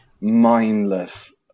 mindless